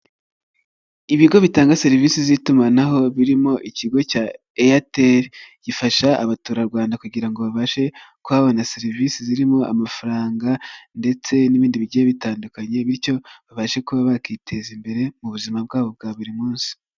Ibigo bitanga serivisi z'itumanaho birimo ikigo cya Airtel gifasha abaturarwanda kugira ngo babashe kuba babona serivisi zirimo amafaranga ndetse n'ibindi bigiye bitandukanye bityo babashe kuba bakiteza imbere mu buzima bwabo bwa buri munsi.